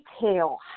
detail